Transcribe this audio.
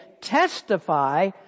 testify